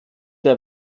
der